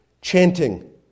chanting